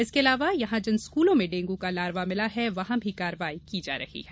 इसके अलावा यहां जिन स्कूलों में डेंगू का लारवा मिला है वहां भी कार्रवाई की जा रही है